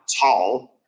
tall